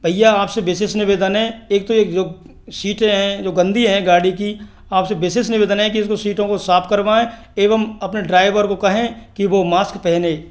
भईया आपसे विशेष निवेदन है एक तो एक जो सीटें हैं जो गंदी हैं गाड़ी की आपसे विशेष निवेदन है कि उसको सीटों को साफ़ करवाएँ एवं अपने ड्राइवर को कहें कि वो मास्क पहनें